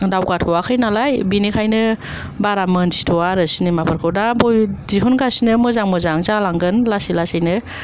दावगाथ'आखैनालाय बिनिखायनो बारा मिनथिथ'आ आरो सिनिमा फोरखौ दा दिहुनगासिनो मोजां मोजां जालांगोन लासै लासैनो